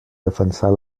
defensar